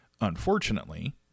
Unfortunately